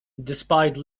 despite